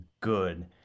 good